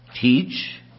teach